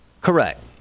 Correct